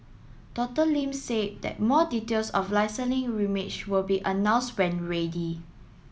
Doctor Lim said that more details of will be announced when ready